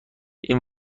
این